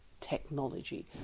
technology